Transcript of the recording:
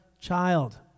child